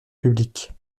publique